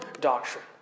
doctrine